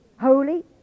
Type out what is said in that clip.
holy